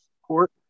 support